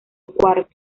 cuarto